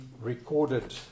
recorded